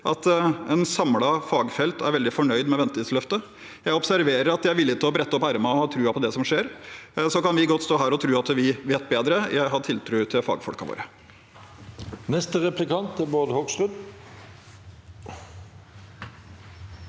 at et samlet fagfelt er veldig fornøyd med ventetidsløftet. Jeg observerer at de er villige til å brette opp ermene og har troen på det som skjer. Så kan vi godt stå her og tro at vi vet bedre. Jeg har tiltro til fagfolkene våre. Bård Hoksrud